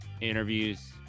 interviews